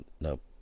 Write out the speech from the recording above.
nope